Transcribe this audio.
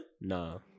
No